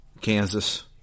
Kansas